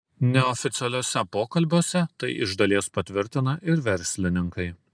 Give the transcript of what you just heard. neoficialiuose pokalbiuose tai iš dalies patvirtina ir verslininkai